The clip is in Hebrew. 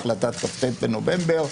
החלטת כ"ט בנובמבר,